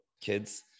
kids